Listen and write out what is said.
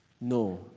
No